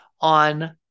on